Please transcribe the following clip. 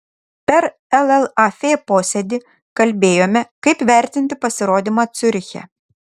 per llaf posėdį kalbėjome kaip vertinti pasirodymą ciuriche